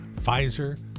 Pfizer